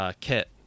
Kit